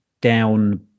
down